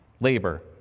labor